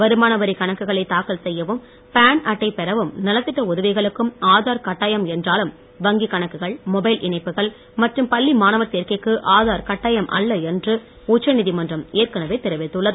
வருமான வரி கணக்குகளை தாக்கல் செய்யவும் பான் அட்டை பெறவும் நலத்திட்ட உதவிகளுக்கும் ஆதார் கட்டாயம் என்றாலும் வங்கி கணக்குகள் மொபைல் இணைப்புகள் மற்றும் பள்ளி மாணவர் சேர்க்கைக்கு ஆதார் கட்டாயம் அல்ல என்று உச்சநீதிமன்றம் ஏற்கனவே தெரிவித்துள்ளது